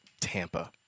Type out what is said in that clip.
Tampa